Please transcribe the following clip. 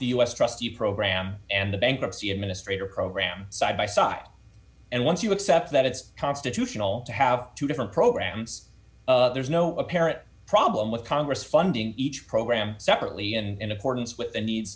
trustee program and the bankruptcy administrator program side by side and once you accept that it's constitutional to have two different programs there's no apparent problem with congress funding each program separately and in accordance with the needs